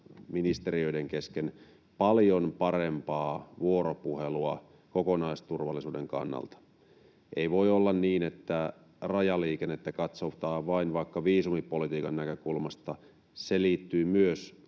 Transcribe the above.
ministeriöiden kesken paljon parempaa vuoropuhelua kokonaisturvallisuuden kannalta. Ei voi olla niin, että rajaliikennettä katsotaan vain vaikka viisumipolitiikan näkökulmasta. Se liittyy myös